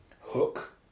Hook